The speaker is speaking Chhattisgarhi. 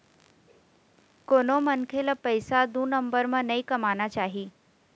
कोनो मनखे ल पइसा दू नंबर म नइ कमाना चाही